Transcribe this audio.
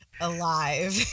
alive